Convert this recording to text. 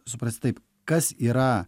suprastitaip kas yra